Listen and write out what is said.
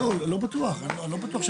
לא, לא בטוח.